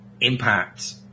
impact